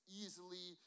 easily